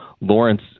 Lawrence